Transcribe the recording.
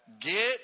Get